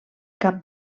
cap